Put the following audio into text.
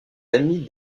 amies